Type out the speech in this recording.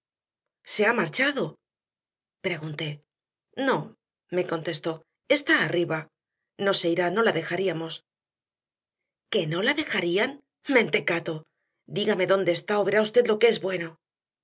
se ha marchado pregunté no me contestó está arriba no se irá no la dejaríamos que no la dejarían mentecato dígame dónde está o verá usted lo que es bueno